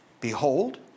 Behold